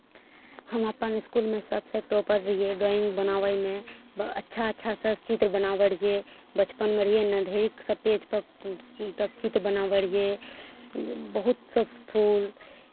हम अपन इसकुलमे सभसँ टॉपर रहियै ड्राइंग बनाबैमे अच्छा ब अच्छासँ चित्र बनाबै रहियै बचपनमे रहियै ने ढेरीक सभ पेजपर तब चित्र बनाबै रहियै बहुत सब फूल